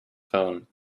phone